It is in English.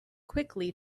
quickly